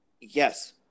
Yes